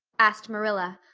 asked marilla,